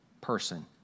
person